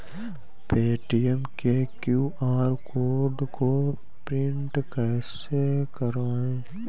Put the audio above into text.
Paytm के QR code को print कैसे करवाएँ?